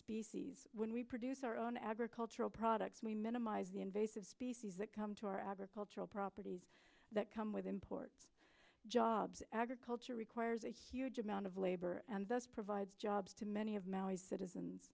species when we produce our own agricultural products we minimise the invasive species that come to our agricultural properties that come with imports jobs agriculture requires a huge amount of labor and thus provides jobs to many of mallory's citizens